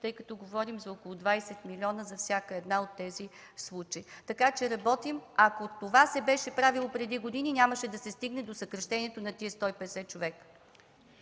тъй като говорим за около 20 милиона за всеки един от тези случаи. Така че работим. Ако това се беше правило преди години, нямаше да се стигне до съкращението на тези 150 човека.